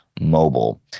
Mobile